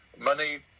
Money